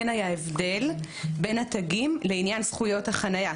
היה הבדל בין התגים לעניין זכויות החניה.